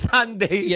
Sunday